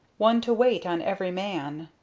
one to wait on every man,